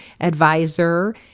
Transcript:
advisor